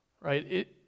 Right